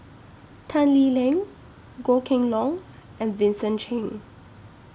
Tan Lee Leng Goh Kheng Long and Vincent Cheng